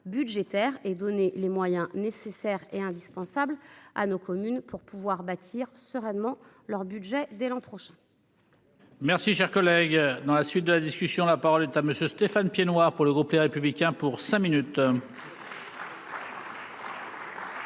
et donner les moyens nécessaires et indispensables à nos communes pour pouvoir bâtir sereinement leur budget dès l'an prochain. Merci cher collègue. Dans la suite de la discussion, la parole est à monsieur Stéphane Piednoir pour le groupe Les Républicains pour cinq minutes.